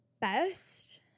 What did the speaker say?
best